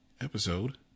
episode